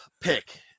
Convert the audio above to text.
pick